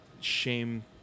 shame